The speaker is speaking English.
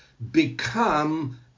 become